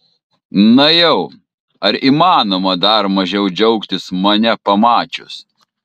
na jau ar įmanoma dar mažiau džiaugtis mane pamačius